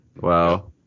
Wow